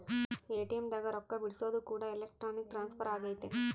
ATM ದಾಗ ರೊಕ್ಕ ಬಿಡ್ಸೊದು ಕೂಡ ಎಲೆಕ್ಟ್ರಾನಿಕ್ ಟ್ರಾನ್ಸ್ಫರ್ ಅಗೈತೆ